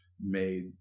made